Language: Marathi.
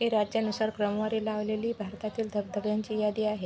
ही राज्यानुसार क्रमवारी लावलेली भारतातील धबधब्यांची यादी आहे